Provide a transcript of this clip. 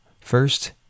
first